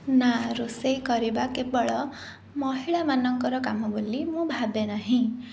ନା ରୋଷେଇ କରିବା କେବଳ ମହିଳାମାନଙ୍କର କାମ ବୋଲି ମୁଁ ଭାବେ ନାହିଁ